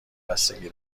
بستگی